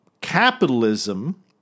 capitalism